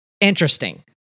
interesting